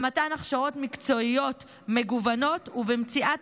במתן הכשרות מקצועיות מגוונות ובמציאת